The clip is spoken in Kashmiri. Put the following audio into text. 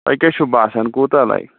تۄہہِ کیٛاہ چھُو باسان کوٗتاہ لَگہِ